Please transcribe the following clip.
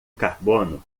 carbono